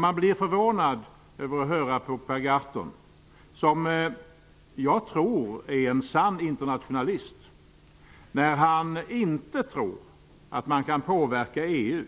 Man blir förvånad över att höra Per Gahrton, som jag tror är en sann internationalist, säga att han inte tror att man kan påverka EU,